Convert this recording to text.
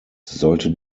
sollte